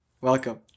Welcome